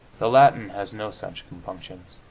the latin has no such compunctions.